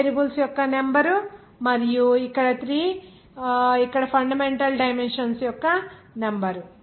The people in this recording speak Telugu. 5 వేరియబుల్స్ యొక్క నెంబర్ మరియు 3 ఇక్కడ ఫండమెంటల్ డైమెన్షన్స్ యొక్క నెంబర్